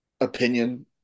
opinion